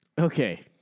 Okay